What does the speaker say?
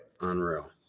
Unreal